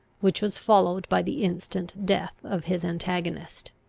which was followed by the instant death of his antagonist.